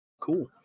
cool